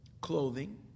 clothing